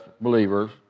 believers